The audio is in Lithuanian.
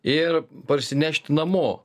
ir parsinešti namo